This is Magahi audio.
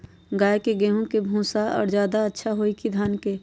गाय के ले गेंहू के भूसा ज्यादा अच्छा होई की धान के?